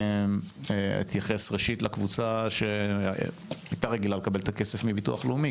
ראשית אני אתייחס לקבוצה שהייתה מקבלת את הכסף מביטוח לאומי,